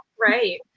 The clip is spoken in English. right